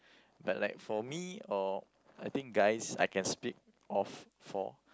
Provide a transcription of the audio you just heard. but like for me or I think guys I can speak of for